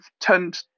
turned